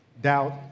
doubt